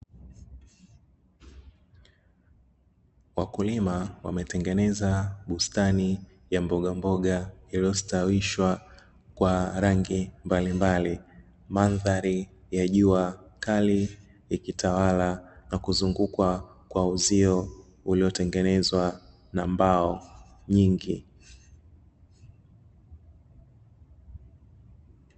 Wakulima wametengeneza bustani ya mbogamboga iliyositawishwa kwa rangi mbalimbali, mandhari ya jua kali ikitawala na kuzungukwa kwa uzio uliotengenezwa na mbao nyingi.